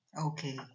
Okay